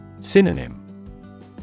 Synonym